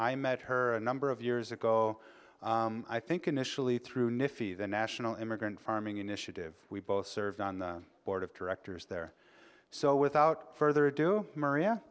i met her a number of years ago i think initially through nifty the national immigrant farming initiative we both served on the board of directors there so without further ado maria